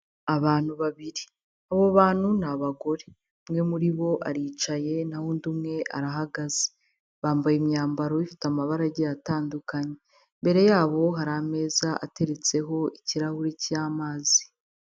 Abantu babiri, abo bantu ni abagore, umwe muri bo aricaye na ho undi umwe arahagaze, bambaye imyambaro ifite amabara agiye atandukanye, imbere yabo hari ameza ateretseho ikirahuri cy'amazi.